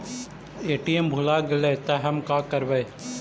ATM भुला गेलय तब हम काकरवय?